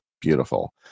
beautiful